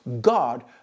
God